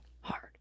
hard